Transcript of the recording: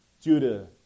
Judah